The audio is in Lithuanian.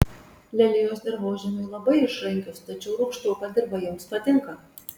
lelijos dirvožemiui labai išrankios tačiau rūgštoka dirva joms patinka